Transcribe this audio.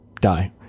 die